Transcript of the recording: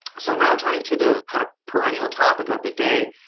so now turning to the kind of perennial topic of the day,